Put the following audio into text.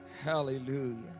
Hallelujah